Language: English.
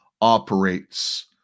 operates